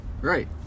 Right